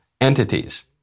entities